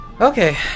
Okay